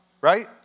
right